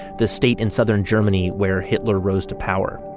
the state in southern germany where hitler rose to power.